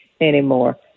anymore